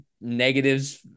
negatives